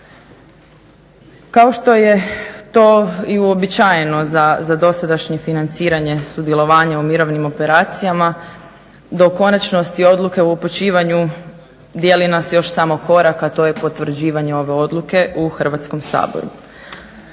Kao što je to i uobičajeno za dosadašnje financiranje sudjelovanja u mirovnim operacijama do konačnosti odluke o upućivanju dijeli nas još samo korak, a to je potvrđivanje ove odluke u Hrvatskom saboru.